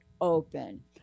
open